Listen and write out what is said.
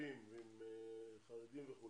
ערבים וחרדים.